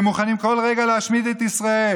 והם מוכנים כל רגע להשמיד את ישראל.